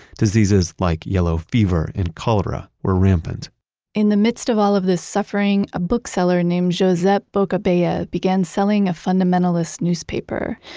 diseases like yellow fever and cholera were rampant in the midst of all of this suffering, a bookseller named josep boccabella began selling a fundamentalist newspaper.